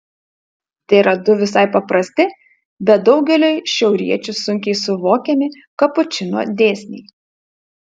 tėra du visai paprasti bet daugeliui šiauriečių sunkiai suvokiami kapučino dėsniai